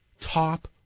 top